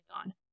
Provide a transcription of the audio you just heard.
on